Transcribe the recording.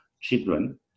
children